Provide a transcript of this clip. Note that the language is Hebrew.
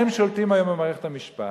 שולטים היום במערכת המשפט,